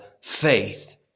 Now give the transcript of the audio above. faith